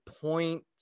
point